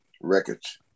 Records